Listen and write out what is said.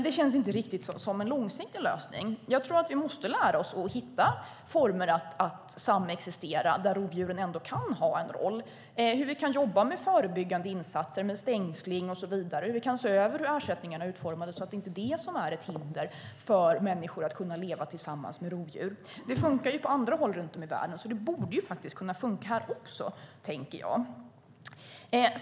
Det känns inte riktigt som en långsiktig lösning. Jag tror att vi måste hitta former att samexistera där rovdjuren kan ha en roll. Vi kan jobba med förebyggande insatser med stängsling. Vi kan se över hur ersättningarna är utformade så att inte det är ett hinder för att människor ska kunna leva tillsammans med rovdjur. Det fungerar ju på andra håll i världen, så det borde kunna fungera här också, tänker jag.